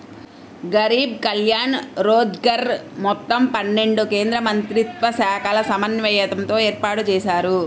గరీబ్ కళ్యాణ్ రోజ్గర్ మొత్తం పన్నెండు కేంద్రమంత్రిత్వశాఖల సమన్వయంతో ఏర్పాటుజేశారు